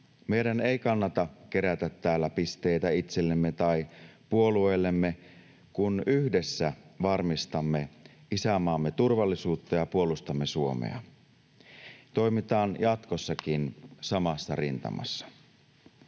Meidän ei kannata kerätä täällä pisteitä itsellemme tai puolueellemme, kun yhdessä varmistamme isänmaamme turvallisuutta ja puolustamme Suomea. Toimitaan jatkossakin samassa rintamassa.